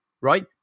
right